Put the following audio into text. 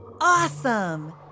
Awesome